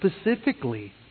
specifically